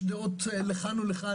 יש דעות לכאן ולכאן.